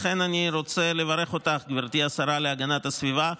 לכן אני רוצה לברך אותך, גברתי השרה להגנת הסביבה,